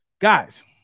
Guys